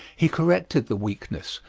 he corrected the weakness,